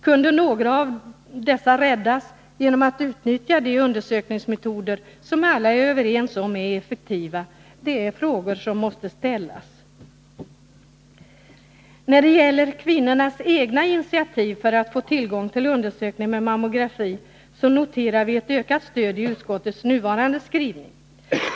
Kunde några av dessa räddas genom att utnyttja de undersökningsmetoder som alla är överens om är effektiva? Detta är frågor som måste ställas. När det gäller kvinnornas egna initiativ för att få tillgång till undersökning med mammografi, noterar vi ett ökat stöd i utskottets nuvarande skrivning.